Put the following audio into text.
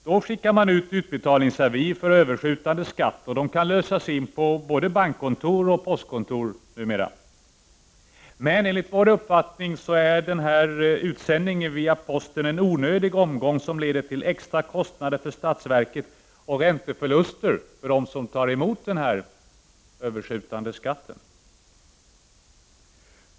Då utskickas betalningsavier för överskjutande skatt som numera kan lösas in på både bankkontor och postkontor. Men enligt vår uppfattning är utsändning via postgiro en onödig omgång, som leder till extra kostnader för statsverket och ränteförluster för dem som tar emot den överskjutande skatten.